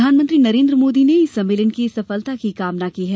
प्रधानमंत्री नरेन्द्र मोदी ने इस सम्मेलन की सफलता की कामना की है